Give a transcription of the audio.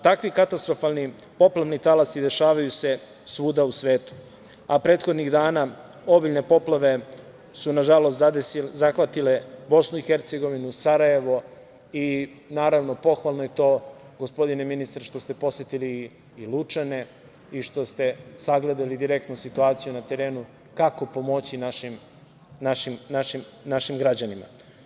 Takvi katastrofalni poplavni talasi se dešavaju svuda u svetu, a prethodnih dana obilne poplave su, nažalost, zahvatile Bosnu i Hercegovinu, Sarajevo i, naravno, pohvalno je to, gospodine ministre, što ste posetili i Lučane i što ste sagledali direktno situaciju na terenu, kako pomoći naših građanima.